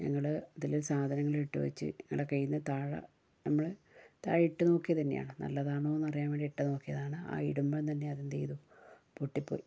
ഞങ്ങള് ഇതില് സാധനങ്ങൾ ഇട്ട് വെച്ച് ഞങ്ങളുടെ കയ്യിൽ നിന്ന് താഴെ നമ്മള് താഴെ ഇട്ട് നോക്കിയത് തന്നെയാണ് നല്ലതാണൊന്നു അറിയാൻ വേണ്ടിട്ട് ഇട്ട് നോക്കിയതാണ് ആ ഇടുമ്പോൾ തന്നെ അത് എന്ത് ചെയ്തു പൊട്ടിപ്പോയി